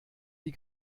die